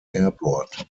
airport